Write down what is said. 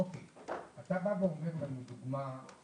אתה בא ואומר לנו לדוגמה,